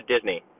Disney